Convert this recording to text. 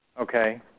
Okay